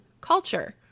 culture